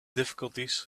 difficulties